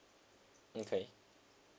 okay